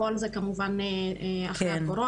הכל זה כמובן אחרי הקורונה.